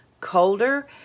colder